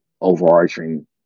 overarching